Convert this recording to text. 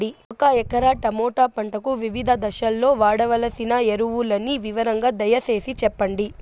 ఒక ఎకరా టమోటా పంటకు వివిధ దశల్లో వాడవలసిన ఎరువులని వివరంగా దయ సేసి చెప్పండి?